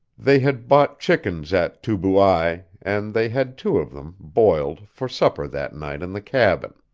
they had bought chickens at tubuai, and they had two of them, boiled, for supper that night in the cabin.